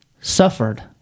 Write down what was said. suffered